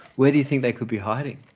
where do you think they could be hiding?